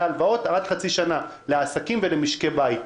הלוואות עד חצי שנה לעסקים ולמשקי בית.